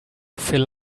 fill